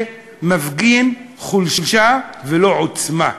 זה מפגין חולשה, ולא עוצמה.